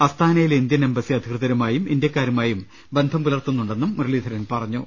അസ്താ നയിലെ Indian embassy അധികൃതരുമായും ഇന്ത്യക്കാരുമായും ബന്ധം പുലർത്തുന്നുണ്ടെന്നും മുരളീധരൻ പറഞ്ഞു